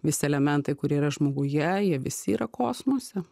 visi elementai kurie yra žmoguje jie visi yra kosmose